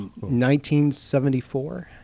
1974